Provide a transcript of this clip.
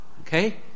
okay